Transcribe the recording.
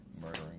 murdering